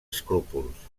escrúpols